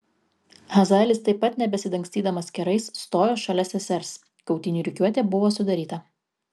hazaelis taip pat nebesidangstydamas kerais stojo šalia sesers kautynių rikiuotė buvo sudaryta